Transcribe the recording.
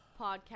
podcast